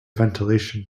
ventilation